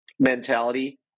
mentality